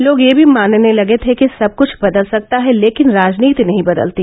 लोग यह भी मानने लगे थे कि सबकुछ बदल सकता है लेकिन राजनीति नहीं बदलती